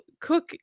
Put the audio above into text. cook